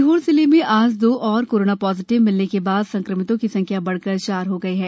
सीहोर जिले में आज दो और कोरोना पाजिटिव मिलने के बाद संक्रमितों की संख्या बढ़कर चार हो गयी है